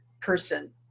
person